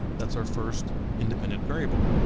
that's our first independent variable.